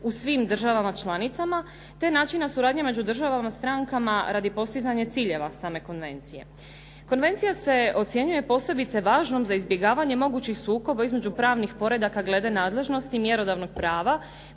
u svim državama članicama, te načina suradnje među državama strankama radi postizanja ciljeva same konvencije. Konvencija se ocjenjuje posebice važnom za izbjegavanje mogućih sukoba između pravnih poredaka glede nadležnosti i mjerodavnog prava,